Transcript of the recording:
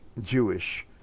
Jewish